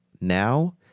now